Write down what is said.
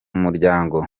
muryango